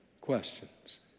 Questions